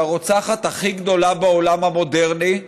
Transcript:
שהיא הרוצחת הכי גדולה בעולם המודרני,